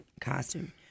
costume